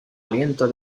aliento